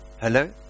Hello